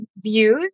views